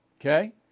okay